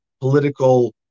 political